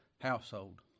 household